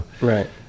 Right